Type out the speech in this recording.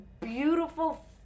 beautiful